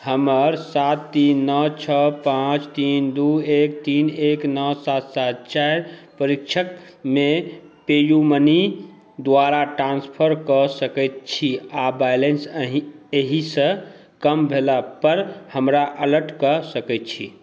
हमर सात तीन नओ छओ पाँच तीन दुइ एक तीन एक नओ सात सात चारि पाक्षिकमे पेयू मनी द्वारा ट्रान्सफर कऽ सकै छी आओर बैलेन्स एहिसँ कम भेलापर हमरा एलर्ट कऽ सकै छी